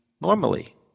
normally